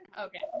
okay